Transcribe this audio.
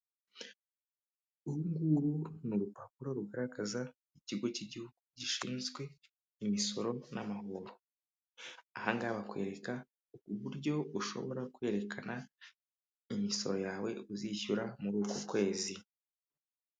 Uru nguru ni urupapuro rugaragaza ikigo cy'igihugu gishinzwe imisoro n'amahoro, aha ngaha bakwereka uburyo ushobora kwerekana imisoro yawe uzishyura muri uku kwezi.